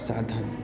साधन